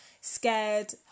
scared